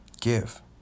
give